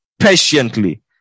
patiently